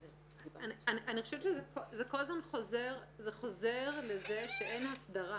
חושבת שזה חוזר לזה שאין הסדרה.